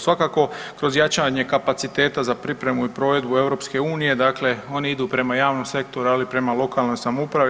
Svakako kroz jačanje kapaciteta za pripremu i provedbu EU, dakle one idu prema javnom sektoru ali i prema lokalnoj samoupravi.